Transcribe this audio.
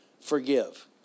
forgive